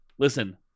listen